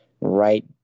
right